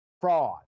fraud